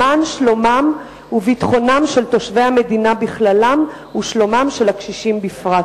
למען שלומם וביטחונם של תושבי המדינה בכללם ושלומם של הקשישים בפרט.